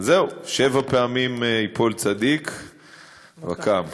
זהו, שבע פעמים ייפול צדיק וקם.